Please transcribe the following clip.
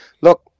Look